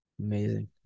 Amazing